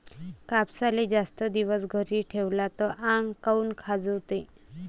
कापसाले जास्त दिवस घरी ठेवला त आंग काऊन खाजवते?